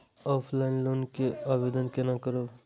Offline loan के आवेदन केना करब?